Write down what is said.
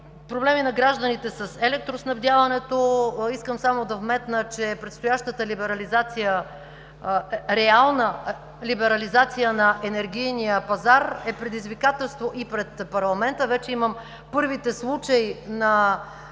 Проблеми на гражданите с електроснабдяването. Искам само да вметна, че предстоящата реална либерализация на енергийния пазар е предизвикателство и пред парламента. Вече имам първите случаи на